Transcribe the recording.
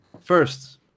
first